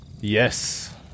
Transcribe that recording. yes